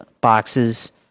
Boxes